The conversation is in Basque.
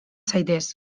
zaitez